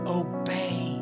obey